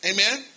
Amen